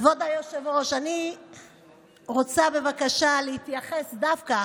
כבוד היושב-ראש, אני רוצה בבקשה להתייחס דווקא,